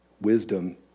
wisdom